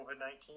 COVID-19